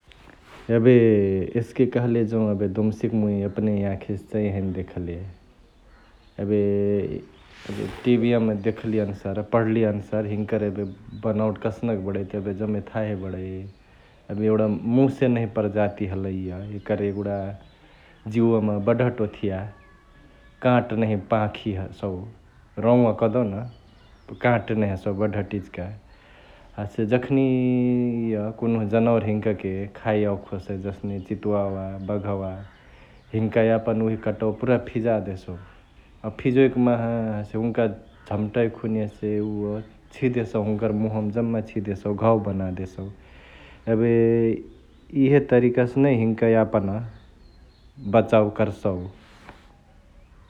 एबे एसके कहले जौं एबे दुम्सिके मुइ एपने यांखिसे चांही हैने देखले । एबे टि.बि.मा देखली आनुसार्, पढली अनुसार हिन्कर एबे बनावट कसनक बडई त एबे जमै थाहे बडई । एबे एउडा मुसे नहिया प्रजाती हलई इअ एकर यगुडा जियुवामा बढहत ओथिआ कांट नहिया पांखी हसउ, रौवा कहदेउ न कांट नहिया हसउ बढहत इचिका । हसे जखनी यिअ कुन्हु जनावर हिन्काके खाए यावे खोजसई जसने चितुवावा, बाघवा हिन्का यापन उहे कंटवा पुरै फिजा देसउ । अ फिजोइकी माहा हसे हुन्का झाम्टई खुनि हसे उअ छिदेसउ हुन्कर मुंहवामा जम्मा छिदेसउ, घाउ बाना देसउ । एबे इहे तरिकासे नै हिन्का यापन बचाउ करसउ ।